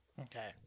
Okay